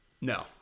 No